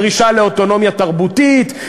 דרישה לאוטונומיה תרבותית,